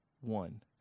one